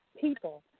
people